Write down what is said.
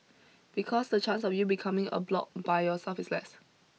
because the chance of you becoming a bloc by yourself is less